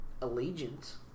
allegiance